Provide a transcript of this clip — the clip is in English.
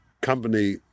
company